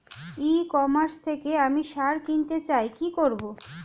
ই commerce থেকে আমি সার কিনতে চাই কি করব?